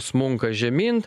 smunka žemyn